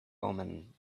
omen